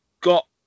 got